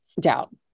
doubt